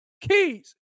keys